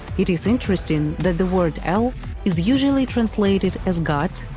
it is interesting that the word el is usually translated as god,